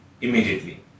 immediately